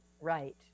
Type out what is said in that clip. right